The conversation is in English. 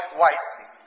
wisely